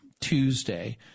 Tuesday